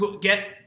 get